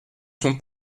son